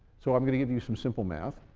so i'm going to give you some simple math,